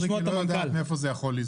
היא לא יודעת מאיפה זה יכול לזלוג.